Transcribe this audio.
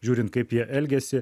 žiūrint kaip jie elgiasi